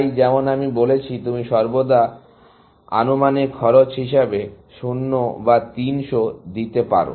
তাই যেমন আমি বলেছি তুমি সর্বদা আমাকে আনুমানিক খরচ হিসাবে 0 বা 300 দিতে পারো